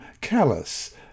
callous